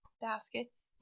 baskets